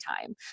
time